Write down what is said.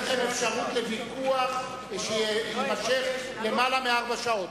אפשרות לוויכוח שיימשך למעלה מארבע שעות.